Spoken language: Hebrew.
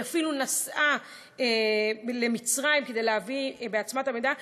היא אפילו נסעה למצרים כדי להביא בעצמה את המידע,